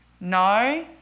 No